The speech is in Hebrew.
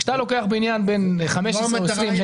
כשאתה לוקח בניין בן 15 או 20 שנים,